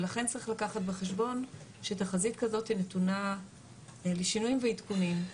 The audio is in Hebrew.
לכן צריך לקחת בחשבון שתחזית כזאת נתונה לשינויים ועדכונים.